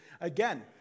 Again